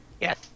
Yes